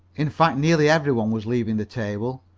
in fact nearly every one was leaving the table.